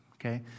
Okay